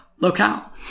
locale